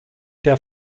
der